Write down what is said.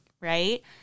right